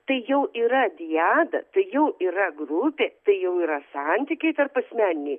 tai jau yra diada tai jau yra grupė tai jau yra santykiai tarpasmeniniai